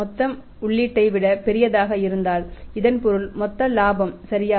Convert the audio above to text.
மொத்த உள்ளீட்டை விடப் பெரியதாக இருந்தால் இதன் பொருள் மொத்த இலாபம் சரியா